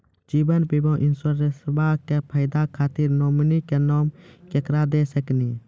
जीवन बीमा इंश्योरेंसबा के फायदा खातिर नोमिनी के नाम केकरा दे सकिनी?